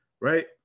right